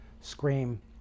scream